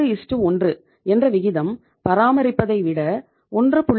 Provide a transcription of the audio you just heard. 21 என்ற விகிதம் பராமரிப்பதை விட 1